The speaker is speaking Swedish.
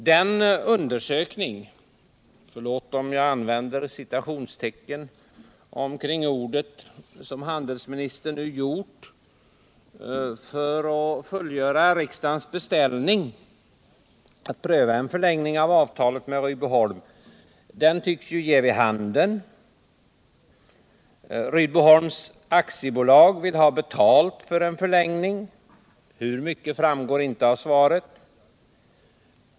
Den ”undersökning” — förlåt att jag använder citationstecken kring ordet — som handelsministern nu vidtagit för att fullgöra riksdagens beställning att pröva en förlängning av avtalet med Rydboholm, tycks ge vid handen att Rydboholms ABi Borås vill ha betalt för en förlängning — hur mycket framgår inte av svaret.